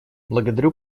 благодарю